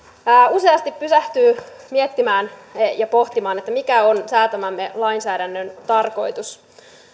useasti pysähtyy miettimään ja pohtimaan mikä on säätämämme lainsäädännön tarkoitus